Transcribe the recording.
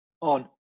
on